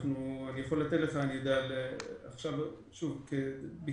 אני אדע להגיד על כל מחוז,